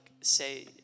say